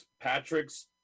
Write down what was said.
Patrick's